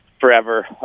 forever